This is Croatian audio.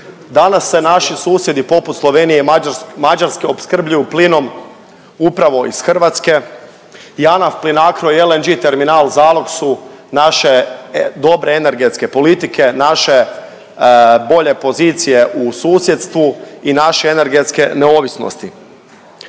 Danas se naši susjedi poput Slovenije i Mađarske opskrbljuju plinom upravo iz Hrvatske, Janaf, Plinacro i LNG terminal zalog su naše dobre energetske politike, naše bolje pozicije u susjedstvu i naše energetske neovisnosti.